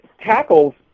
Tackles